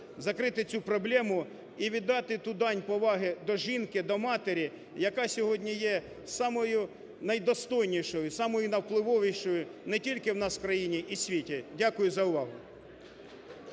закрити цю проблему і віддати ту дань поваги до жінки, до матері, яка сьогодні є самою найдостойнішою, самою найвпливовішою не тільки у нас у країні, а й у світі. Дякую вам за увагу.